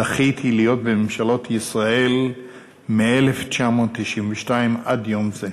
זכיתי להיות בממשלות ישראל מ-1992 עד יום זה,